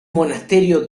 monasterio